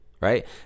right